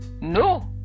No